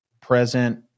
present